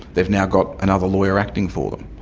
they've now got another lawyer acting for them.